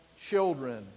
children